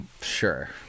sure